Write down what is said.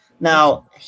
Now